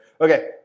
Okay